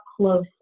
close